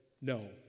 no